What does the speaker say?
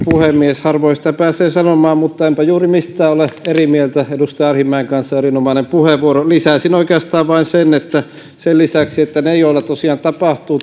puhemies harvoin sitä pääsee sanomaan mutta enpä juuri mistään ole eri mieltä edustaja arhinmäen kanssa erinomainen puheenvuoro lisäisin oikeastaan vain sen että niiden lisäksi joilla tosiaan tapahtuu